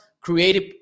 creative